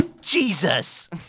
Jesus